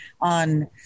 on